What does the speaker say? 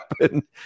happen